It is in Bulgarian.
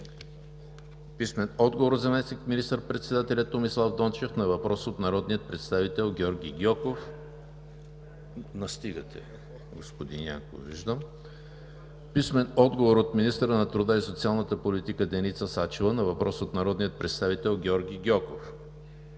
Гьоков; - министъра на труда и социалната политика Деница Сачева на въпрос от народния представител Георги Гьоков;